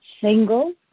single